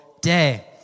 day